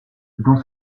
dans